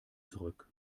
zurück